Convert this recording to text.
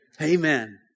Amen